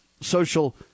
social